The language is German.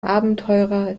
abenteurer